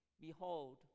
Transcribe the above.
Behold